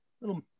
little